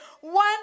one